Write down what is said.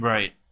Right